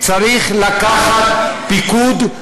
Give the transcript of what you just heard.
צריך לקחת פיקוד,